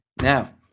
now